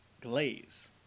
glaze